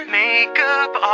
makeup